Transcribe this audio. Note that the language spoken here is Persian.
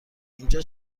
اینجا